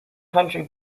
country